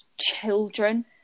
children